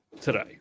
today